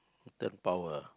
mutant power ah